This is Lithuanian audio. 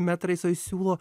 metrais o jis siūlo